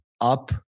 up